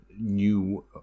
new